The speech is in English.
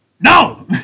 No